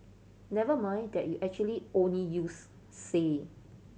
never mind that you actually only use say